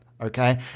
Okay